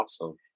Awesome